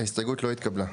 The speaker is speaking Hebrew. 0 ההסתייגות לא התקבלה.